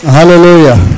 Hallelujah